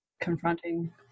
confronting